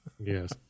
Yes